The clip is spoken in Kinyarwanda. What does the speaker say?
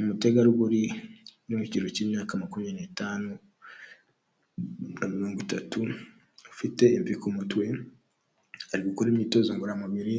Umutegarugori uri mu kigero cy'imyaka makumyabiri n'itanu na mirongo itatu, ufite imvi ku mutwe, ari gukora imyitozo ngororamubiri